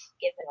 given